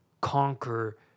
conquer